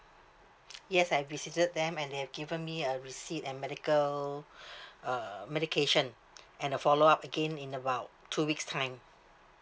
yes I've visited them and they have given me a receipt and medical uh medication and a follow up again in about two weeks time